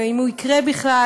ואם זה יקרה בכלל,